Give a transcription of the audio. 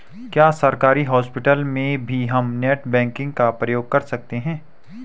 क्या सरकारी हॉस्पिटल में भी हम नेट बैंकिंग का प्रयोग कर सकते हैं?